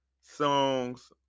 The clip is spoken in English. songs